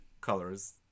colors